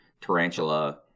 tarantula